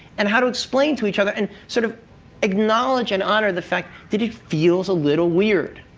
and how to explain to each other and sort of acknowledge and honor the fact that it feels a little weird.